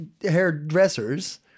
hairdressers